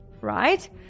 Right